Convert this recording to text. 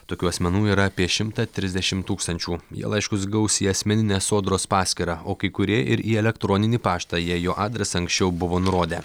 tokių asmenų yra apie šimtą trisdešim tūkstančių jie laiškus gaus į asmeninę sodros paskyrą o kai kurie ir į elektroninį paštą jei jo adresą anksčiau buvo nurodę